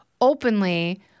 openly